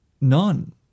none